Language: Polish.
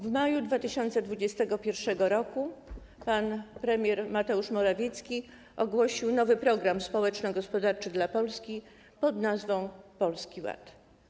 W maju 2021 r. pan premier Mateusz Morawiecki ogłosił nowy program społeczno-gospodarczy dla Polski pod nazwą Polski Ład.